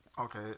Okay